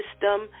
system